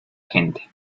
gente